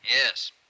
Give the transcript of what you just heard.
Yes